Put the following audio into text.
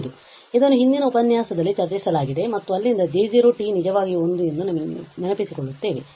ಆದ್ದರಿಂದ ಇದನ್ನು ಹಿಂದಿನ ಉಪನ್ಯಾಸದಲ್ಲಿ ಚರ್ಚಿಸಲಾಗಿದೆ ಮತ್ತು ಅಲ್ಲಿಂದ J0 ನಿಜವಾಗಿಯೂ 1 ಎಂದು ನೆನಪಿಸಿಕೊಳ್ಳುತ್ತೇವೆ